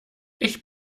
ich